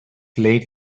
late